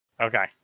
Okay